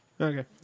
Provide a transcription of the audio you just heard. Okay